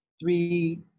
Three